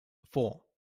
four